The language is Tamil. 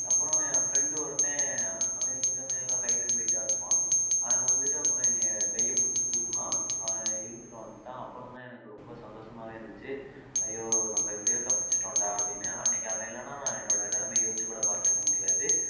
அப்புறம் ஏன் ஃப்ரண்டு ஒருத்தன் அவன் கொஞ்சம் நல்லா ஹைட் அண்ட் வெயிட்டாக இருப்பான் அவன் வந்துட்டு அப்புறம் என்னையை கையை பிடிச்சு தூக்குனான் அவன் இழுத்துட்டும் வந்துட்டான் அப்புறம் தான் எனக்கு ரொம்ப சந்தோஷமாகவே இருந்துச்சு ஐயோ நம்ம எப்படியோ தப்பிச்சுவிட்டோம்டா அப்படின்னு அன்னைக்கு அவன் இல்லைன்னா என்னோட நிலமைய யோசிச்சு கூட பார்த்துருக்க முடியாது